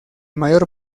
mayor